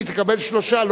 אם היא תקבל שלושה,